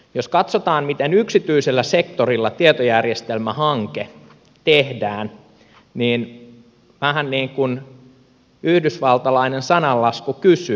jos katsotaan miten yksityisellä sektorilla tietojärjestelmähanke tehdään niin vähän niin kuin yhdysvaltalainen sananlasku kysyy